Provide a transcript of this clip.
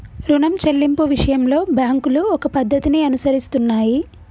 రుణం చెల్లింపు విషయంలో బ్యాంకులు ఒక పద్ధతిని అనుసరిస్తున్నాయి